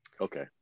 Okay